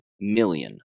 million